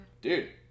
Dude